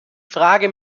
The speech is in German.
frage